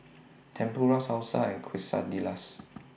Tempura Salsa and Quesadillas